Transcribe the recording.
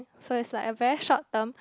so is like a very short term